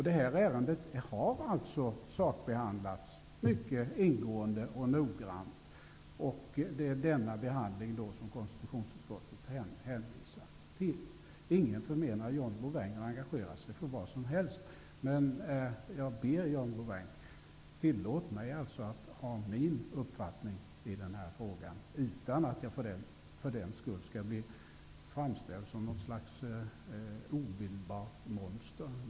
Det här ärendet har alltså sakbehandlats mycket ingående och noggrant, och det är denna behandling som konstitutionsutskottet hänvisar till. Ingen förmenar John Bouvin att engagera sig för vad som helst, men jag ber honom att tillåta mig att ha min uppfattning i den här frågan, utan att jag för den skull blir framställd som något slags obildbart monster.